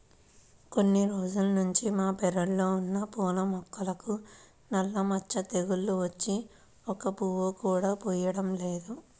కొన్ని రోజుల్నుంచి మా పెరడ్లో ఉన్న పూల మొక్కలకు నల్ల మచ్చ తెగులు వచ్చి ఒక్క పువ్వు కూడా పుయ్యడం లేదు